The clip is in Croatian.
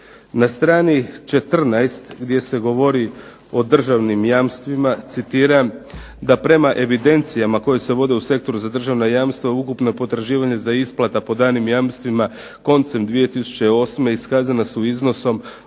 Na strani 14. gdje se govori o državnim jamstvima, citiram: „da prema evidencijama koje se vode u sektoru za državna jamstva ukupna potraživanja za isplata po danim jamstvima koncem 2008. iskazana su iznosom